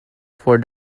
for